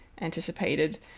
anticipated